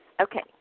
Okay